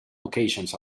locations